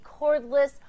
cordless